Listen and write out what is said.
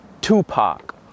Tupac